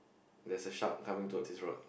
there's a shark coming towards his rod